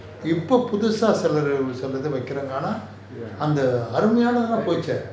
that is uh